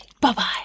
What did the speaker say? Bye-bye